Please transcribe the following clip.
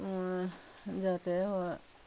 যাতে ওরা